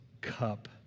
cup